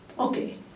Okay